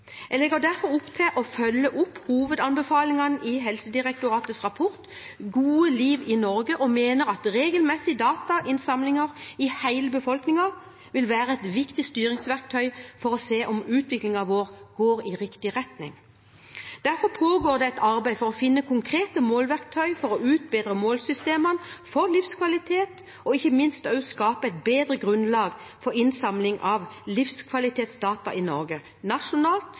Jeg legger derfor opp til å følge opp hovedanbefalingene i Helsedirektoratets rapport Gode liv i Norge og mener at regelmessig datainnsamlinger i hele befolkningen vil være et viktig styringsverktøy for å se om utviklingen går i riktig retning. Derfor pågår det et arbeid for å finne konkrete måleverktøy for å utbedre målesystemene for livskvalitet og ikke minst skape et bedre grunnlag for innsamling av livskvalitetsdata i Norge nasjonalt,